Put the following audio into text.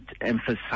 emphasize